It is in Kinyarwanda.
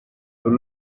uru